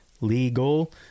legal